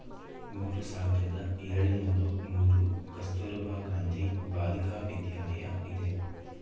ಮೂರು ಸಾವಿರದ ಏಳುನೂರು ಮೂರು ಕಸ್ತೂರಬಾ ಗಾಂಧಿ ಬಾಲಿಕ ವಿದ್ಯಾಲಯ ಇದೆ